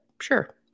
sure